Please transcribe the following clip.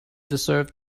deserved